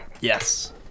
Yes